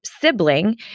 sibling